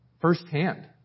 firsthand